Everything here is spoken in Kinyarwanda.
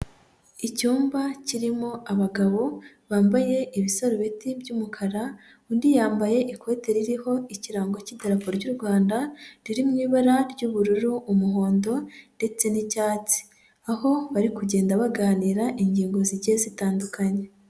Icyumba kirimo abagabo bambaye ibisarubeti by'umukara undi yambaye ikote ririho ikirango cy'idarape ry'u Rwanda riri mu ibara ry'ubururu, umuhondo ndetse n'icyatsi, aho bari kugenda baganira ingingo zigiye zitandukanye.